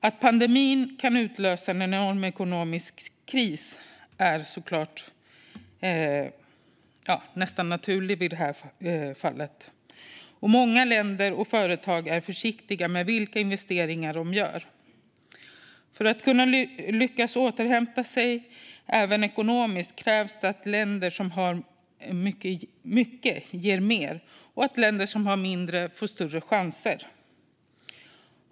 Att pandemin kan utlösa en enorm ekonomisk kris är nästan naturligt i det här fallet, och många länder och företag är försiktiga med vilka investeringar de gör. För att lyckas återhämta sig ekonomiskt krävs att länder som har mycket ger mer och att länder som har mindre får större chanser.